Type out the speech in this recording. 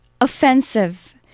offensive